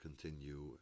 continue